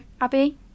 Abby